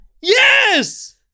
Yes